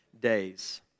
days